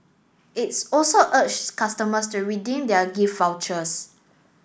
it's also urged customers to redeem their gift vouchers